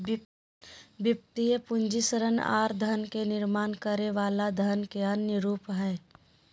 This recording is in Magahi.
वित्तीय पूंजी ऋण आर धन के निर्माण करे वला धन के अन्य रूप हय